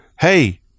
hey